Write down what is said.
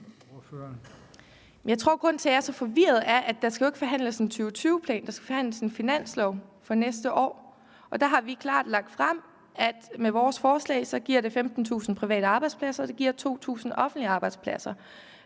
til, at jeg er så forvirret, er, at der ikke skal forhandles en 2020-plan. Der skal forhandles en finanslov for næste år. Der har vi klart lagt frem, at med vores forslag giver det 15.000 private arbejdspladser, og det giver 2.000 offentlige arbejdspladser.